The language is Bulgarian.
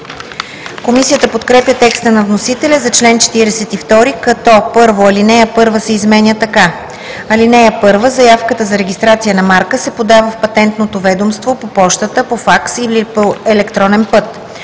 Комисията подкрепя текста на вносителя за чл. 42, като: „1. Алинея 1 се изменя така: „(1) Заявката за регистрация на марка се подава в Патентното ведомство, по пощата, по факс или по електронен път.